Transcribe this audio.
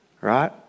right